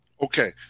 Okay